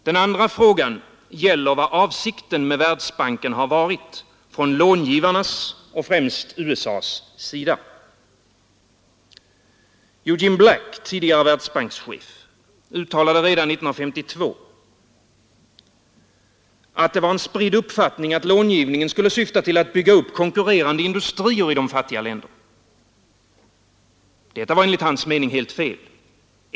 Den andra frågan gäller vad avsikten med Världsbanken varit från långivarnas, främst USA:s, sida. Eugene Black, tidigare Världsbankschef, uttalade redan 1952 att det var en spridd uppfattning att långivningen syftade till att bygga upp konkurrerande industrier i de fattiga länderna. Detta var enligt hans mening fel.